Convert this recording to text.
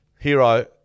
Hero